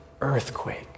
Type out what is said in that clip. earthquake